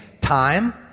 time